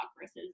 versus